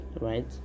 right